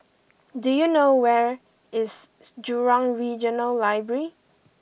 do you know where is Jurong Regional Library